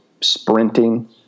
sprinting